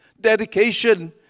dedication